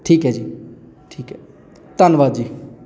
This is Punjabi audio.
ਠੀਕ ਹੈ ਜੀ ਠੀਕ ਹੈ ਧੰਨਵਾਦ ਜੀ